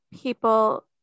people